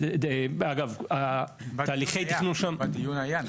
בדיון היה נציג.